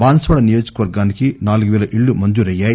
బాన్స్వాడ నియోజకవర్గానికి నాలుగు పేల ఇళ్ళు మంజురు అయ్యాయి